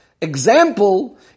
example